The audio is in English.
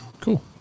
cool